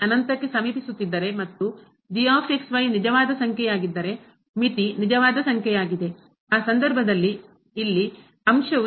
ಈಗ ಅನಂತಕ್ಕೆ ಸಮೀಪಿಸುತ್ತಿದ್ದರೆ ಮತ್ತು ನಿಜವಾದ ಸಂಖ್ಯೆಯಾಗಿದ್ದರೆ ಮಿತಿ ನಿಜವಾದ ಸಂಖ್ಯೆಯಾಗಿದೆ ಆ ಸಂದರ್ಭದಲ್ಲಿ ಇಲ್ಲಿಅಂಶ ವು ಭಾಗಿಸು